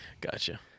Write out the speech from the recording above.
Gotcha